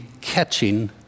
catching